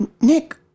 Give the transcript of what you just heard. Nick